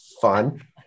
fun